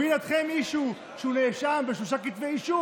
כשמוביל אתכם מישהו שהוא נאשם בשלושה כתבי אישום,